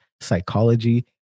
psychology